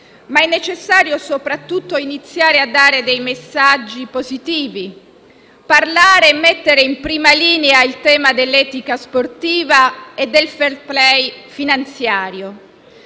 un freno, ma soprattutto iniziare a dare dei messaggi positivi e mettere in prima linea il tema dell'etica sportiva e del *fair play* finanziario.